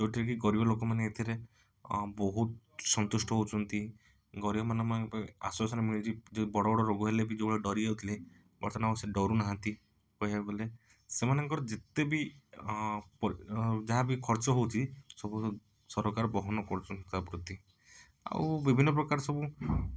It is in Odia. ଯେଉଁଥିରେକି ଗରିବ ଲୋକମାନେ ଏଥିରେ ବହୁତ ସନ୍ତୁଷ୍ଟ ହେଉଛନ୍ତି ଗରିବମାନ ମାନମାନଙ୍କୁ ଆଶ୍ୱାସନା ମିଳୁଛି ବଡ଼ ବଡ଼ ରୋଗ ହେଲେବି ଯେଉଁଭଳିଆ ଡରି ଯାଉଥିଲେ ବର୍ତ୍ତମାନ ଆଉ ସେ ଡରୁ ନାହାନ୍ତି କହିବାକୁ ଗଲେ ସେମାନଙ୍କର ଯେତେବି ପ ଯାହାବି ଖର୍ଚ୍ଚ ହେଉଛି ସବୁ ସରକାର ବହନ କରୁଛନ୍ତି ତା' ପ୍ରତି ଆଉ ବିଭିନ୍ନ ପ୍ରକାର ସବୁ